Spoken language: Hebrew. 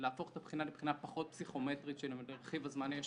להפוך את הבחינה לבחינה פחות פסיכומטרית שבה לרכיב הזמן יש